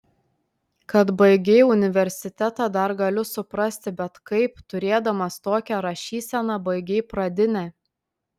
kad baigei universitetą dar galiu suprasti bet kaip turėdamas tokią rašyseną baigei pradinę